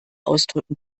ausdrücken